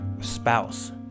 spouse